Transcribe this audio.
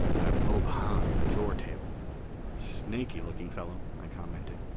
that ob hahn, at your table snaky looking fellow, i commented.